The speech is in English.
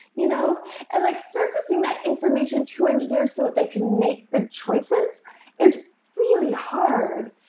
you know and like surfacing that information to engineers so that they can make good choices is really hard.